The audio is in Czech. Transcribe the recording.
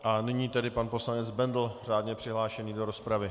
A nyní tedy pan poslanec Bendl, řádně přihlášený do rozpravy.